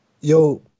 Yo